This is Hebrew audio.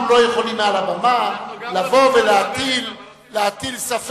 אנחנו לא יכולים מעל הבמה לבוא ולהטיל ספק,